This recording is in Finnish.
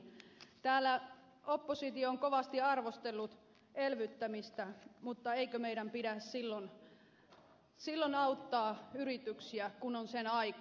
täällä oppositio on kovasti arvostellut elvyttämistä mutta eikö meidän pidä silloin auttaa yrityksiä kun on sen aika